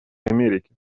америки